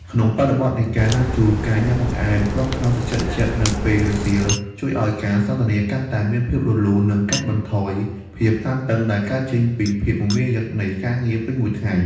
ក្នុងបរិបទនៃការណាត់ជួប ការញ៉ាំបង្អែមគ្រាប់ត្នោតត្រជាក់ៗនៅពេលរសៀល ជួយឱ្យការសន្ទនាកាន់តែមានភាពរលូន និងកាត់បន្ថយភាពតានតឹងដែលកើតចេញពីភាពមមាញឹកនៃការងារពេញមួយថ្ងៃ។